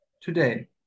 today